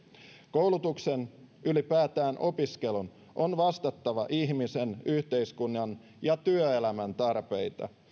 koulutuksen ylipäätään opiskelun on vastattava ihmisen yhteiskunnan ja työelämän tarpeita